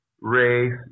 race